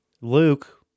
Luke